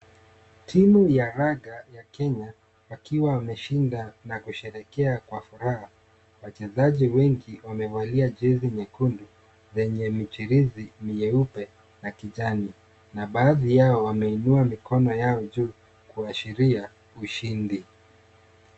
Timu ya raga ya Kenya, wakiwa wameshinda na kusherehekea kwa furaha. Wachezaji wengi wamevalia jezi nyekundu zenye michirizi mieupe na kijani na baadhi yao, wameinua mikono yao juu kuashiria ushindi.